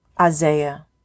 Isaiah